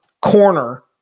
corner